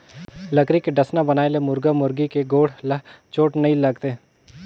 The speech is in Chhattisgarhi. लकरी के डसना बनाए ले मुरगा मुरगी के गोड़ ल चोट नइ लागे